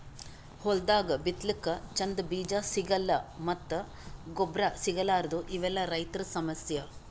ಹೊಲ್ದಾಗ ಬಿತ್ತಲಕ್ಕ್ ಚಂದ್ ಬೀಜಾ ಸಿಗಲ್ಲ್ ಮತ್ತ್ ಗೊಬ್ಬರ್ ಸಿಗಲಾರದೂ ಇವೆಲ್ಲಾ ರೈತರ್ ಸಮಸ್ಯಾ